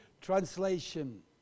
translation